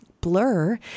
blur